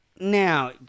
now